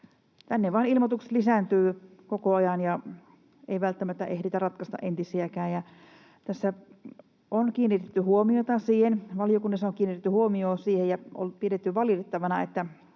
Tänne vain ilmoitukset lisääntyvät koko ajan, ja ei välttämättä ehditä ratkaista entisiäkään. Valiokunnassa on kiinnitetty huomiota siihen ja pidetty valitettavana,